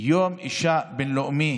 יום אישה בין-לאומי